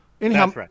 Anyhow